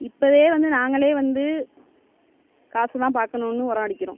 இப்பவே வந்து நாங்களே வந்து காசுதான் பார்க்கணுனு உரம் அடிக்கிறோம்